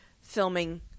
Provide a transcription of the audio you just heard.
filming